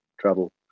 travel